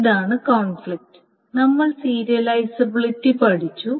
ഇതാണ് കോൺഫ്ലിക്റ്റ് നമ്മൾ സീരിയലൈസബിലിറ്റി പഠിച്ചു